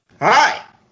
Hi